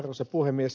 arvoisa puhemies